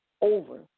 over